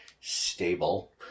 stable